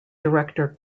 director